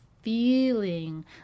Feeling